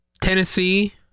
Tennessee